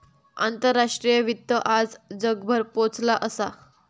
आंतराष्ट्रीय वित्त आज जगभर पोचला असा